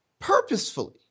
purposefully